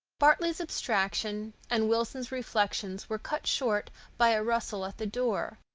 bartley's abstraction and wilson's reflections were cut short by a rustle at the door,